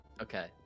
Okay